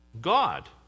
God